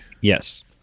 Yes